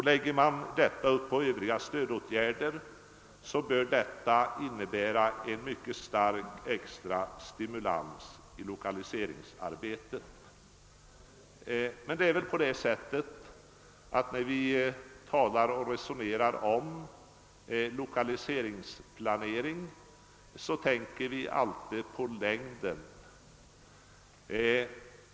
Lägger man detta till övriga stödåtgärder bör det innebära en mycket stark extra stimulans i lokaliseringsarbetet. Emellertid är det väl på det sättet att vi, när vi resonerar om lokaliseringsplanering, alltid tänker så att säga på längden.